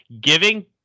giving